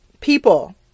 people